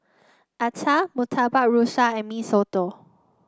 acar Murtabak Rusa and Mee Soto